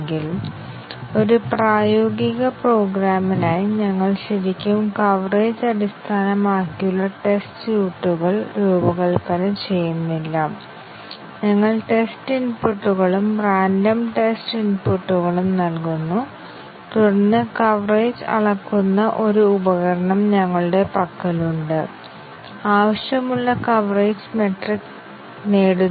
അതിനാൽ ഈ പ്രോഗ്രാമിനായി അത് ഉപയോഗിച്ച് ഞങ്ങൾക്ക് ഇതുപോലുള്ള ഒരു ഗ്രാഫ് ഉണ്ടാകും പക്ഷേ നമുക്ക് ഒരു ഏകപക്ഷീയ പ്രോഗ്രാം നൽകുന്ന സിസ്റ്റെമാറ്റിക് സാങ്കേതികതയെക്കുറിച്ച് ചർച്ച ചെയ്യാം